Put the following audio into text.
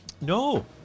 No